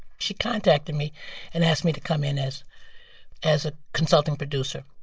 she contacted me and asked me to come in as as a consulting producer.